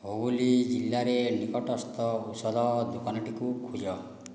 ହୁୁଗୁଳୀ ଜିଲ୍ଲାରେ ନିକଟସ୍ଥ ଔଷଧ ଦୋକାନଟିକୁ ଖୋଜ